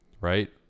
right